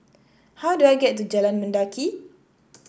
how do I get to Jalan Mendaki